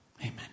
Amen